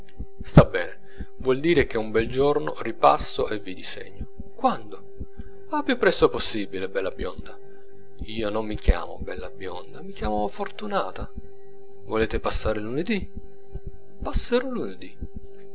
sta bene vuol dire che un bel giorno ripasso e vi disegno quando al più presto possibile bella bionda io non mi chiamo bella bionda mi chiamo fortunata volete passare lunedì passerò